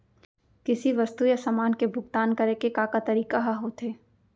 किसी वस्तु या समान के भुगतान करे के का का तरीका ह होथे?